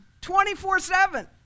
24-7